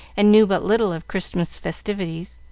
and knew but little of christmas festivities.